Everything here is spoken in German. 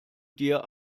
dir